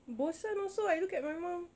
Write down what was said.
bosan also I look at my mum